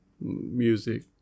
music